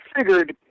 figured